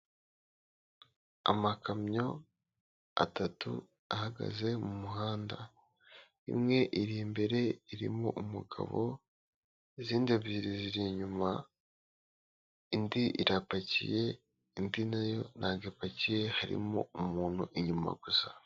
Amakamyo atatu ahagaze mu muhanda, imwe iri imbere, irimo umugabo, izindi ebyiri ziri inyuma, indi irapakiye, indi na yo ntago ipakiye, harimo umuntu inyuma gusa.